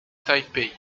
taipei